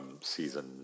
season